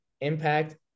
impact